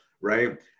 Right